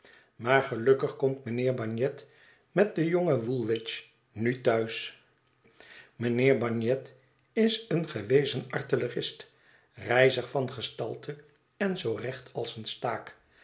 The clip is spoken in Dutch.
maar gelukkig komt mijnheer bagnet met den jongen woolwich nu thuis mijnheer bagnet is een gewezen artillerist rijzig van gestalte en zoo recht als een staak